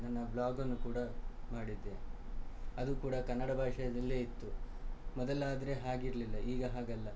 ನನ್ನ ವ್ಲಾಗನ್ನು ಕೂಡ ಮಾಡಿದ್ದೆ ಅದು ಕೂಡ ಕನ್ನಡ ಭಾಷೆಯಲ್ಲೇ ಇತ್ತು ಮೊದಲಾದರೆ ಹಾಗಿರಲಿಲ್ಲ ಈಗ ಹಾಗಲ್ಲ